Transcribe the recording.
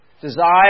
desire